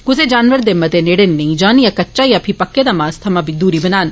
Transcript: कुसै जानवर दे मता नेड़े नेंई जान या कच्चा या फीह पक्कै मांस थवां बी दूरी बनान